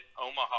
Omaha